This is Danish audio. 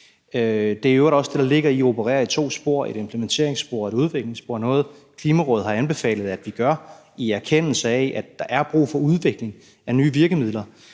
Det er i øvrigt også det, der ligger i at operere i to spor, et implementeringsspor og et udviklingsspor; noget, Klimarådet har anbefalet at vi gør, i erkendelse af at der er brug for udvikling af nye virkemidler.